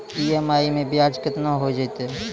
EMI मैं ब्याज केतना हो जयतै?